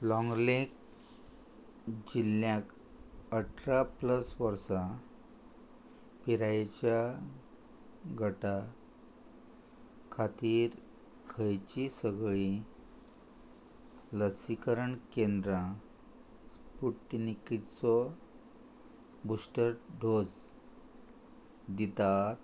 लाँगलेट जिल्ल्यांक अठरा प्लस वर्सां पिरायेच्या गटा खातीर खंयची सगळीं लसीकरण केंद्रां स्पुटनिकेचो बुस्टर डोस दिता